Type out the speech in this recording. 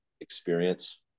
experience